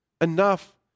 enough